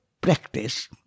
practice